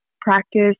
practice